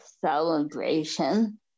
celebration